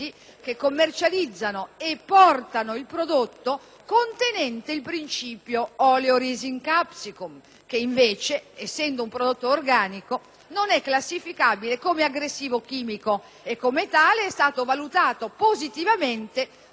contenente il principio dell'*oleoresin capsicum* che, invece, essendo un prodotto organico, non è classificabile come aggressivo chimico e come tale è stato valutato positivamente dalla commissione consultiva centrale per il controllo delle armi.